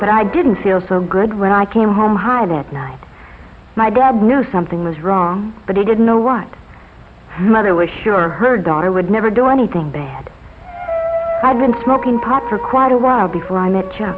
but i didn't feel so good when i came home high that night my dad knew something was wrong but he didn't know what mother was sure her daughter would never do anything bad had been smoking pot for quite a while before i met